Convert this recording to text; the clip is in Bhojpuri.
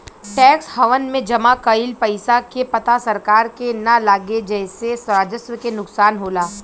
टैक्स हैवन में जमा कइल पइसा के पता सरकार के ना लागे जेसे राजस्व के नुकसान होला